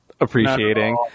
appreciating